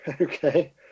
Okay